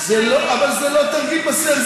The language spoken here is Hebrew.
אבל זה לא תרגיל מסריח,